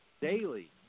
daily